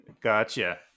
Gotcha